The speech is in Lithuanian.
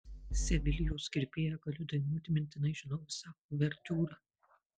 sevilijos kirpėją galiu dainuoti mintinai žinau visą uvertiūrą